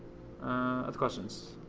other questions?